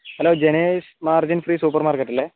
hello Janesh margin free super market അല്ലെ